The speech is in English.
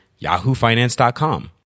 yahoofinance.com